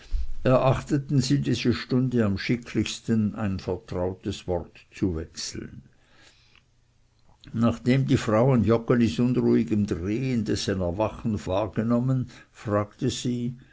erachteten sie diese stunde am schicklichsten ein vertrautes wort zu wechseln nachdem die frau an joggelis unruhigem drehen dessen erwachen wahrgenommen fragte sie